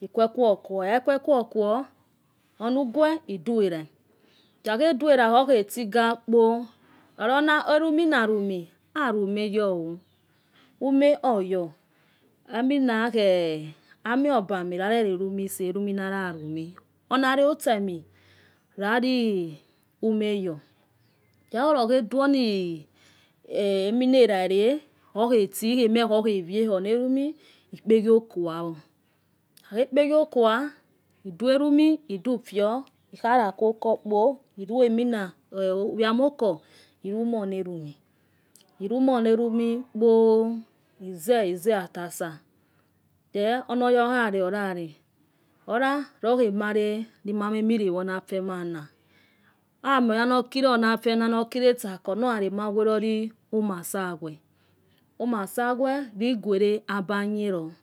ikhahe kwekuwa on kuo, ikhakhe ikhakhe kwekwe kuo idua rao ikhakua dua erai okhotigakpe, lalo alamina lumi arumayo oh. uma oyo amo obani raro lalu nusa. elumoṅa ya lumi. ono tsemi lali umayo lkhelulo kuo duona emuna eraile okuoti ekuo mo olehe wo. ikpoghia oku yawo. kha he kpeghto oku ah idua alumi. idufhior ehala kuo okukpo iruamonamokpo eze eznatasaon ojouale oyale olalohe male ndmamamole wona afemai na awamion oga no kila afematnolale etasako nouaha maguorolo omo asaghua. omi asaghuo uguaro aba knhero lo.